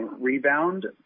rebound